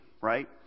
right